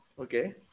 Okay